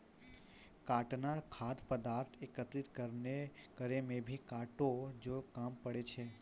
काटना खाद्य पदार्थ एकत्रित करै मे भी काटै जो काम पड़ै छै